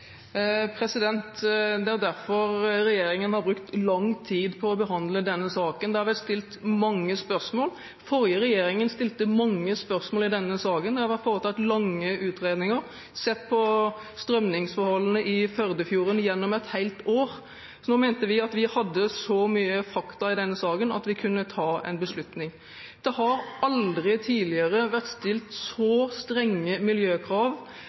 Det er jo derfor regjeringen har brukt lang tid på å behandle denne saken. Det har vært stilt mange spørsmål. Den forrige regjeringen stilte mange spørsmål i denne saken. Det har vært foretatt lange utredninger, en har sett på strømningsforholdene i Førdefjorden gjennom et helt år. Nå mente vi at vi hadde så mange fakta i denne saken at vi kunne ta en beslutning. Det har aldri tidligere vært stilt så strenge miljøkrav